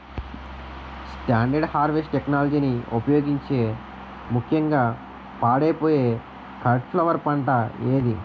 Standard harvest టెక్నాలజీని ఉపయోగించే ముక్యంగా పాడైపోయే కట్ ఫ్లవర్ పంట ఏది?